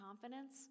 confidence